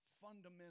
fundamental